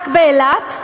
רק באילת.